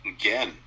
Again